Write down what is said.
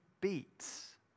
beats